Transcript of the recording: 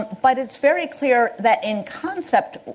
but it's very clear that in concept,